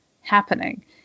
happening